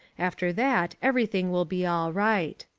after that everything will be all right.